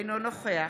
אינו נוכח